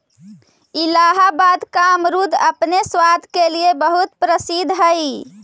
इलाहाबाद का अमरुद अपने स्वाद के लिए बहुत प्रसिद्ध हई